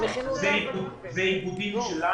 אלה עיבודים שלנו.